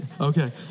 Okay